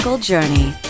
journey